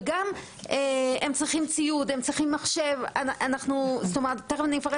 ובנוסף הסטודנטים צריכים ציוד ומחשב וכו'.